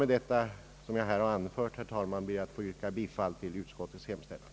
Med det som jag nu anfört ber jag att få yrka bifall till utskottets hemställan.